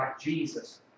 Jesus